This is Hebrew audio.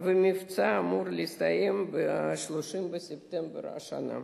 והמבצע אמור להסתיים ב-30 בספטמבר השנה.